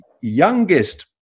youngest